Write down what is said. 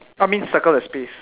I mean circle the space